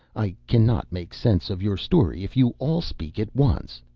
i cannot make sense of your story if you all speak at once.